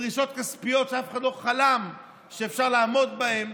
בדרישות כספיות שאף אחד לא חלם שאפשר לעמוד בהן.